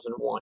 2001